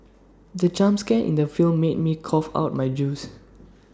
the jump scare in the film made me cough out my juice